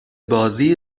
بازی